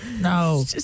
No